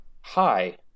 hi